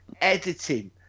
editing